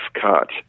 cut